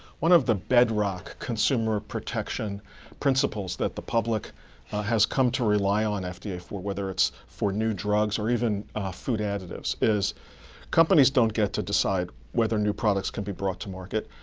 one of the bedrock consumer protection principles that the public has come to rely on fda for, whether it's for new drugs, or even food additives, is companies don't get to decide whether new products can be brought to market.